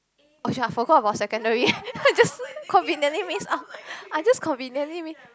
oh shit I forgot about secondary I just conveniently miss out I just conveniently